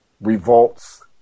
revolts